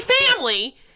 family